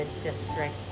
district